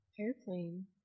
Airplane